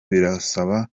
birasaba